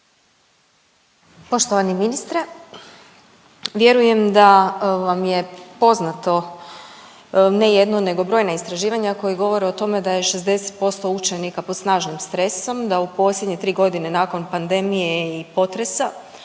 Poštovani ministre, vjerujem da vam je poznato ne jedno, nego brojna istraživanja koja govore o tome da je 60% učenika pod snažnim stresom, da u posljednje tri godine nakon pandemije i potresa,